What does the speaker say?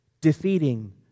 defeating